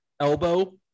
elbow